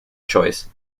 choice